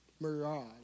mirage